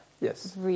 Yes